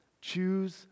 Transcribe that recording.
Choose